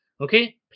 Okay